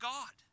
God